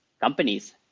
companies